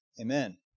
amen